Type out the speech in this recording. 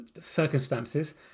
circumstances